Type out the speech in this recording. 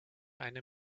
eine